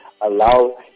allow